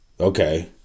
Okay